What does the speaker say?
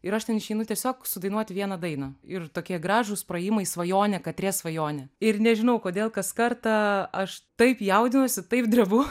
ir aš ten išeinu tiesiog sudainuoti vieną dainą ir tokie gražūs praėjimai svajonė katrės svajonė ir nežinau kodėl kas kartą aš taip jaudinuosi taip drebu